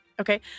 Okay